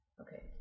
Okay